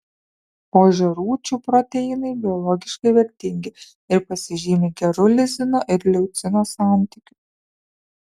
ožiarūčių proteinai biologiškai vertingi ir pasižymi geru lizino ir leucino santykiu